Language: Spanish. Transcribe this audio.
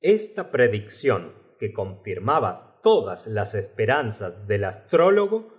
esta pt'eaicción que confil'maba todas las esperaoz as del astrólogo